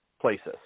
places